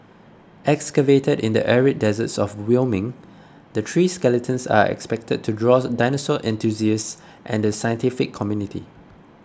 excavated in the arid deserts of Wyoming the three skeletons are expected to draws dinosaur enthusiasts and the scientific community